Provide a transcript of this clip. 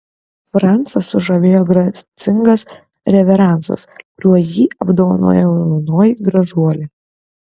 francą sužavėjo gracingas reveransas kuriuo jį apdovanojo jaunoji gražuolė